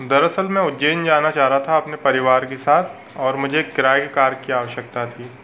दरअसल मैं उज्जैन जाना चाह रहा था अपने परिवार के साथ और मुझे किराये कार की आवश्यकता थी